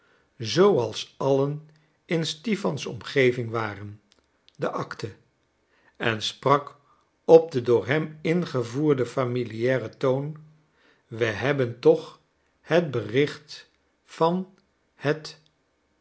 zooals allen in stipan's omgeving waren de acten en sprak op den door hem ingevoerden familiaren toon wij hebben toch het bericht van het